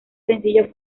sencillo